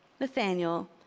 nathaniel